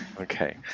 Okay